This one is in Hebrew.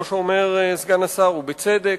גם משרד הביטחון, כמו שאומר סגן השר, ובצדק.